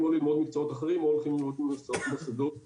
או ללמוד מקצועות אחרים או לאוניברסיטאות ומוסדות אחרים,